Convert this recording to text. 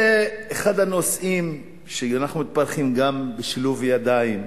זה אחד הנושאים שאנחנו מתברכים בו גם בשילוב ידיים,